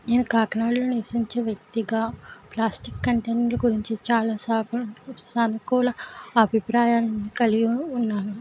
నేను కాకినాడలో నివసించే వ్యక్తిగా ప్లాస్టిక్ కంటెంట్ల గురించి చాలా సార్లు సానుకూల అభిప్రాయాన్ని కలిగి ఉన్నాను